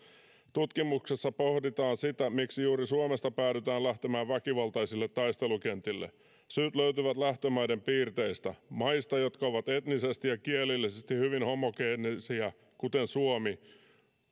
tutkimuksessa pohditaan sitä miksi juuri suomesta päädytään lähtemään väkivaltaisille taistelukentille syyt löytyvät lähtömaiden piirteistä maista jotka ovat etnisesti ja kielellisesti hyvin homogeenisiä kuten suomi